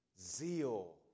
zeal